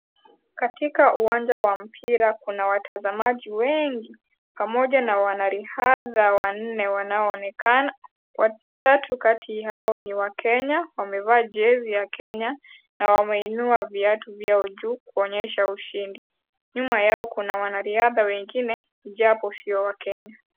Katika uwanja wa mpira kuna watazamaji wengi pamoja na wanariadha wanne wanao onekana. Watatu kati yao ni wakenya wamevaa jezi ya kenya na wameinua viatu vyao juu kuonyesha ushindi . Nyuma yao kuna wanariadha wengine japo sio wakenya.